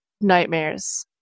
nightmares